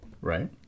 Right